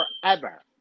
forever